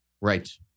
right